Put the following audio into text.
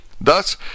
Thus